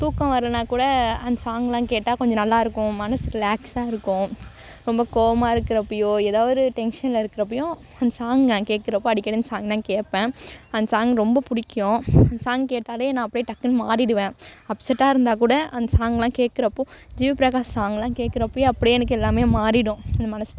தூக்கம் வரலைனா கூட அந்த சாங்லாம் கேட்டால் கொஞ்சம் நல்லா இருக்கும் மனசு ரிலாக்ஸாக இருக்கும் ரொம்ப கோபமா இருக்கிறப்பையோ எதோ ஒரு டென்ஷனில் இருக்கிறப்பையும் அந்த சாங் நான் கேக்கிறப்போ அடிக்கடி அந்த சாங் தான் கேட்பேன் அந்த சாங் ரொம்ப பிடிக்கும் அந்த சாங் கேட்டாலே நான் அப்படியே டக்குன்னு மாறிடுவேன் அப்சட்டாக இருந்தால் கூட அந்த சாங்லாம் கேக்கிறப்போ ஜி வி பிரகாஷ் சாங்லாம் கேக்கிறப்பையே அப்படியே எனக்கு எல்லாம் மாறிடும் இந்த மனசு